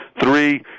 three